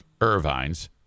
Irvine's